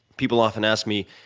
people often ask me,